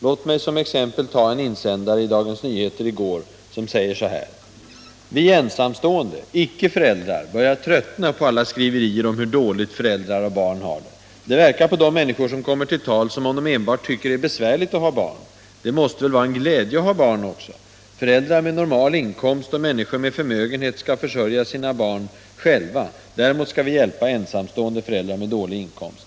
Låt mig som exempel ta en insändare i Dagens Nyheter i går som säger så här: ”Vi ensamstående, icke föräldrar, börjar tröttna på alla skriverier ——— om hur dåligt föräldrar och barn har det, -—--.--—- Det verkar på de människor som kommer till tals ——-- som om de enbart tycker det är besvärligt att ha barn. Det måste väl vara en glädje att ha barn också? --- Föräldrar med normal inkomst och människor med förmögenhet ska försörja sina barn själva. Däremot ska vi hjälpa ensamstående föräldrar med dålig inkomst.